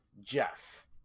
Jeff